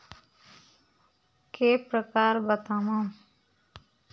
के प्रकार बतावव?